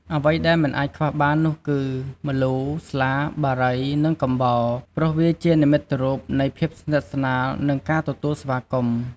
អ្វីដែលមិនអាចខ្វះបាននោះគឺ ម្លូ ស្លា បារី និងកំបោរ ព្រោះវាជានិមិត្តរូបនៃភាពស្និទ្ធស្នាល និងការទទួលស្វាគមន៍។